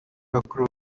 bakuru